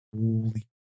holy